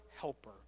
helper